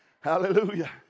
Hallelujah